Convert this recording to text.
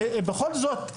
ובכל זאת,